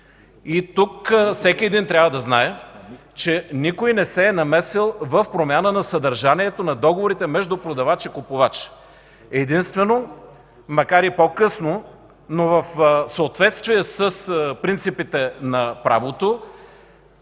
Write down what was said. И тук всеки един трябва да знае, че никой не се е намесил в промяна на съдържанието на договорите между продавач и купувач. Единствено, макар и по-късно, но в съответствие с принципите на правото,